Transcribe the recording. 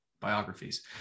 biographies